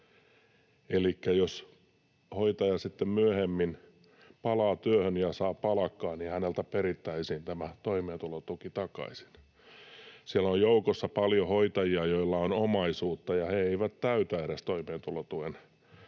Elikkä jos hoitaja sitten myöhemmin palaa työhön ja saa palkkaa, niin häneltä perittäisiin tämä toimeentulotuki takaisin. Siellä on joukossa paljon hoitajia, joilla on omaisuutta, ja he eivät edes täytä toimeentulotuen